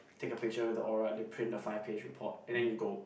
take a picture with the Aura they print the five page report and then you go